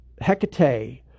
Hecate